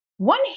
One